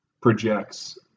projects